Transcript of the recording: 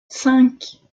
cinq